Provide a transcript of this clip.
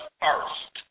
first